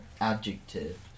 adjective